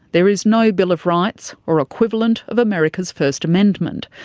there is no bill of rights or equivalent of america's first amendment,